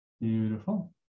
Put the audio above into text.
Beautiful